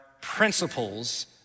principles